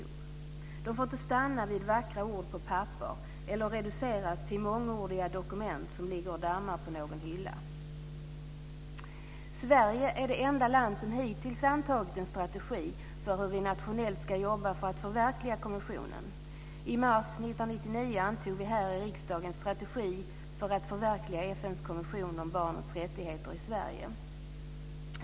De får inte stanna vid vackra ord på papper eller reduceras till mångordiga dokument som ligger och dammar på någon hylla. Sverige är det enda land som hittills antagit en strategi för hur vi nationellt ska jobba för att förverkliga konventionen. I mars 1999 antog vi här i riksdagen Strategi för att förverkliga FN:s konvention om barnets rättigheter i Sverige.